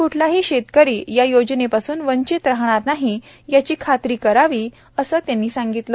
क्ठलाही शेतकरी या योजनेपासून वंचित राहणार नाही याची खात्री करावी असे ते म्हणाले